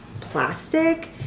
plastic